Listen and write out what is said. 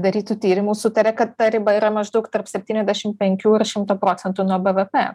darytų tyrimų sutaria kad ta riba yra maždaug tarp septyniadešimt penkių ir šimto procentų nuo bevepe